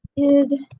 did